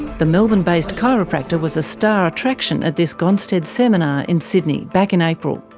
the melbourne-based chiropractor was a star attraction at this gonstead seminar in sydney back in april.